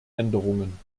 änderungen